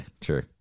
true